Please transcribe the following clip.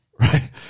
Right